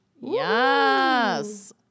Yes